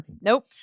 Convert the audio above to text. Nope